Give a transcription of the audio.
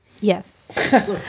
Yes